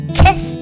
kiss